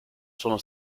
sono